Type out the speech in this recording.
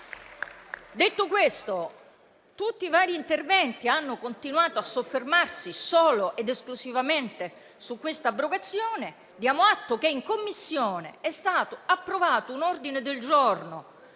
tutti i vari interventi hanno continuato a soffermarsi solo ed esclusivamente su questa abrogazione. Diamo atto che in Commissione è stato approvato un ordine del giorno,